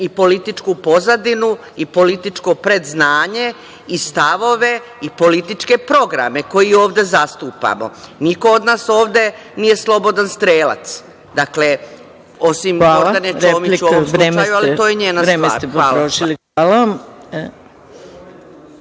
i političku pozadinu i političko predznanje i stavove i političke programe koje ovde zastupamo. Niko od nas ovde nije slobodan strelac, osim Gordane Čomić u ovom slučaju, ali to je njena stvar. Hvala.